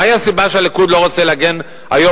מהי הסיבה שהליכוד לא רוצה להגן היום